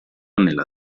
nella